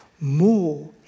more